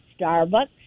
Starbucks